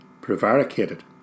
prevaricated